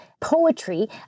poetry